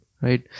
right